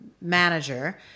manager